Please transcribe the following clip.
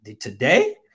Today